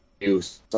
use